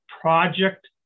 project